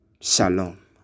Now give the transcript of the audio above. Shalom